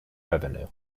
revenue